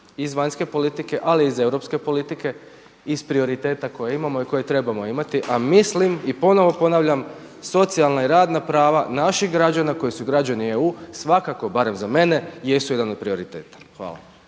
iz vanjske politike, ali iz europske politike iz prioriteta koje imamo i koje trebamo imati, a mislim i ponovo ponavljam, socijalna i radna prava naših građana koji su građani EU, svakako barem za mene jesu jedan od prioriteta. Hvala.